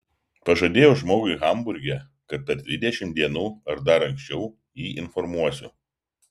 pažadėjau žmogui hamburge kad per dvidešimt dienų ar dar anksčiau jį informuosiu